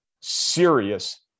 serious